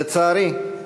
לצערי,